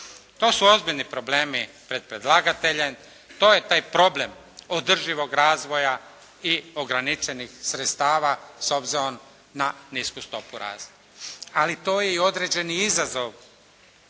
To su ozbiljni problemi pred predlagateljem, to je taj problem održivog razvoja i ograničenih sredstava s obzirom na nisku stopu rasta. Ali to je i određeni izazov